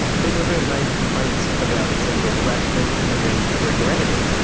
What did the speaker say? people who have made complaints about sexual harassment and then regretted it.